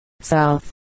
south